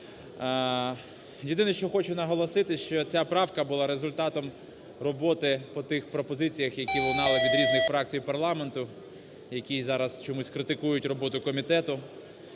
Єдине що хочу наголосити, що ця правка була результатом роботи по тих пропозиціях, які лунали від різних фракціях парламенту, які зараз чомусь критикують роботу комітету.